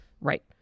right